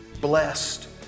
Blessed